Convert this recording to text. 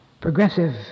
progressive